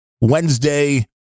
Wednesday